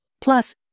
plus